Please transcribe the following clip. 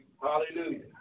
Hallelujah